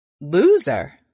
Loser